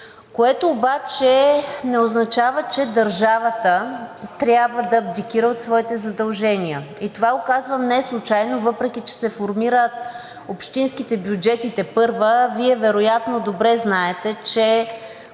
което обаче не означава, че държавата трябва да абдикира от своите задължения. Това го казвам неслучайно, въпреки че тепърва се формират общинските бюджети. Вие вероятно добре знаете, че